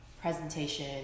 presentation